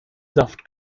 saft